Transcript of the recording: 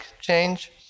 change